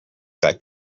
that